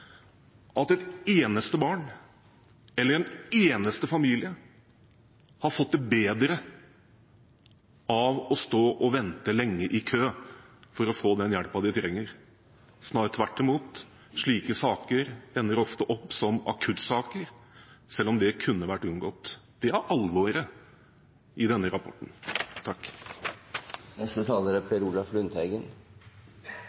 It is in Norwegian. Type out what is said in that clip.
at et eneste barn eller en eneste familie har fått det bedre av å stå og vente lenge i kø for å få den hjelpen de trenger – snarere tvert imot. Slike saker ender ofte som akuttsaker, selv om det kunne vært unngått. Det er alvoret i denne rapporten. Når barnevernet blir trukket inn, er